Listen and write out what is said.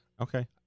Okay